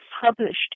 published